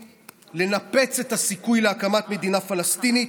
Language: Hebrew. לנפץ את הסיכוי להקמת מדינה פלסטינית,